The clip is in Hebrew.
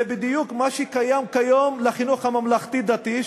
בדיוק מה שקיים כיום לחינוך הממלכתי-דתי,